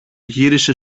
γύρισε